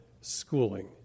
schooling